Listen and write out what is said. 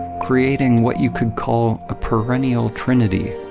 creating what you could call a perennial trinity.